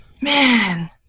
Man